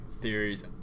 theories